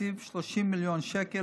תקציב של 30 מיליון שקל